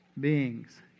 beings